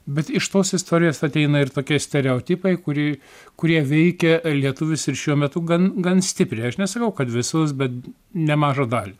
bet iš tos istorijos ateina ir tokie stereotipai kuri kurie veikia lietuvius ir šiuo metu gan gan stipriai aš nesakau kad visus bet nemažą dalį